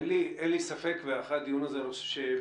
אין לי ספק ואחרי הדיון הזה אני חושב שלא